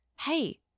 hey